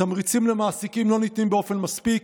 תמריצים למעסיקים לא ניתנים באופן מספיק.